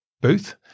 booth